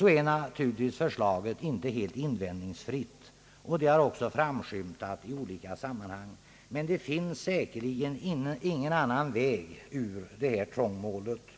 är naturligtvis förslaget inte helt invändningsfritt, och detta har också framskymtat i olika sammanhang. Men det finns säkerligen ingen annan väg ur trångmålet.